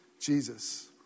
Jesus